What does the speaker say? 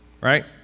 right